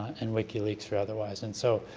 and wikileaks or otherwise. and so,